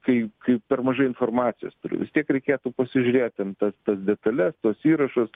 kai kai per mažai informacijos turiu vistiek reikėtų pasižiūrėt ten tas tas detales tuos įrašus